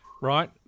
right